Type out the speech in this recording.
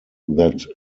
that